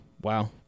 wow